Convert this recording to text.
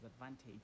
advantage